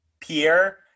pierre